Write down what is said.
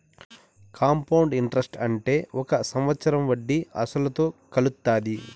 compound interest అంటే ఒక సంవత్సరం వడ్డీ అసలుతో కలుత్తాది